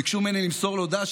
ביקשו ממני למסור לו ד"ש,